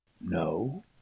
No